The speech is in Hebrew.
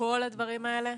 כל הדברים האלה?